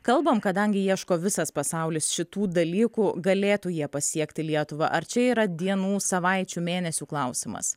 kalbam kadangi ieško visas pasaulis šitų dalykų galėtų jie pasiekti lietuvą ar čia yra dienų savaičių mėnesių klausimas